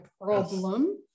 problem